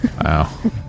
Wow